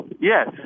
Yes